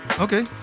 Okay